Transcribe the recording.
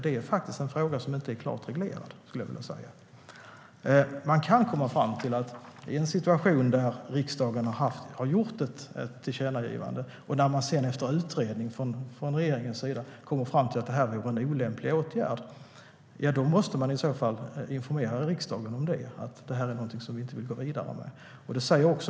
Det är en fråga som inte är klart reglerad. Om riksdagen har gjort ett tillkännagivande och regeringen efter utredning kommer fram till att det vore en olämplig åtgärd måste regeringen informera riksdagen om att regeringen inte vill gå vidare med det.